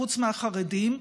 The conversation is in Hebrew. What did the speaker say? חוץ מהחרדים,